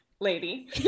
lady